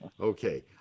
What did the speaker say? okay